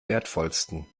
wertvollsten